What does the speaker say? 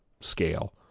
scale